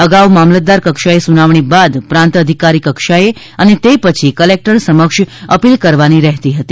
અગાઉ મામલતદાર કક્ષાએ સુનાવણી બાદ પ્રાંત અધિકારી કક્ષાએ અને તે પછી કલેકટર સમક્ષ અપીલ કરવાની રહેતી હતી